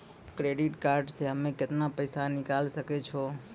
Credit card से हम्मे केतना पैसा निकाले सकै छौ?